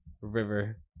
River